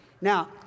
Now